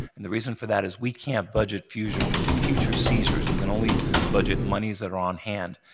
and the reason for that is we can't budget future future seizures. we can only budget monies that are on hand,